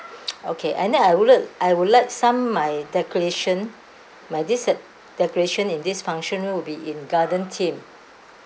okay and then I would like I would like some my decoration my this set decoration in this function room will be in garden theme